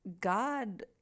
God